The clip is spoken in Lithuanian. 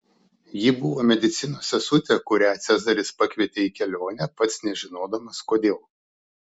ji buvo medicinos sesutė kurią cezaris pakvietė į kelionę pats nežinodamas kodėl